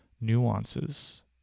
nuances